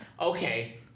Okay